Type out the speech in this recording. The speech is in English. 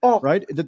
right